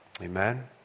Amen